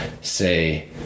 say